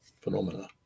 phenomena